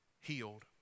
healed